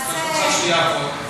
איפה את רוצה שיעבוד?